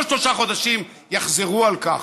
כל שלושה חודשים יחזרו על כך.